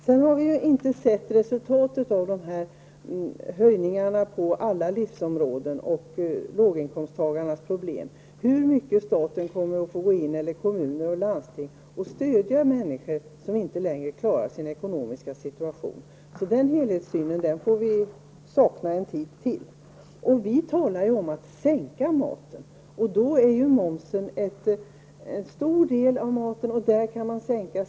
Vi har ännu inte sett resultatet av alla prishöjningar på alla områden, och vi vet inte omfattningen av de problem som låginkomsttagarna kommer att få och i vilken utsträckning stat, kommun och landsting måste gå in och stödja dem som inte längre klarar sin ekonomi. Den helhetssynen kommer vi att sakna ännu en tid. Vi talar om att sänka matpriserna. Momsen är ju en stor del av matpriserna, och momsen på basvaror kan sänkas.